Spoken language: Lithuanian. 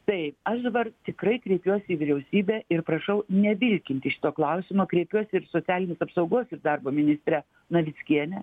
tai aš dabar tikrai kreipiuos į vyriausybę ir prašau nevilkinti šito klausimo kreipiuosi ir socialinės apsaugos ir darbo ministre navickiene